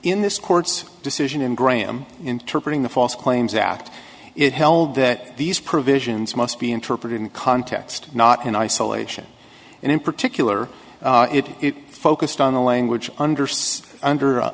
in this court's decision and graham interpret the false claims act it held that these provisions must be interpreted in context not in isolation and in particular it focused on the language understood under